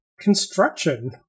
construction